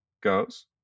goes